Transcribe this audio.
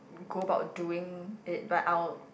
go about doing it but I'll